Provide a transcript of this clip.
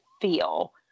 feel